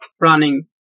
running